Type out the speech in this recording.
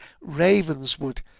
Ravenswood